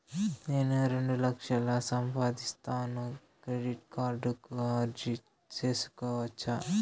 నేను రెండు లక్షలు సంపాదిస్తాను, క్రెడిట్ కార్డుకు అర్జీ సేసుకోవచ్చా?